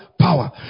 Power